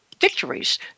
victories